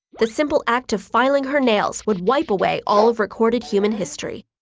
the simple act of filing her nails would wipe away all of recorded human history.